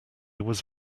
was